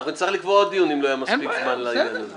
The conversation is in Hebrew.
אנחנו נצטרך לקבוע עוד דיון אם לא יהיה מספיק זמן לעניין הזה.